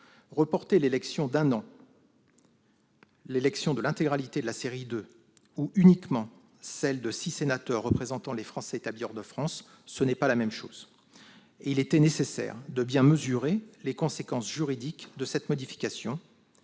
Reporter d'un an l'élection de l'intégralité des sénateurs de la série 2 ou seulement celle de six sénateurs représentant les Français établis hors de France, ce n'est pas la même chose. Il était nécessaire de bien mesurer les conséquences juridiques d'une telle modification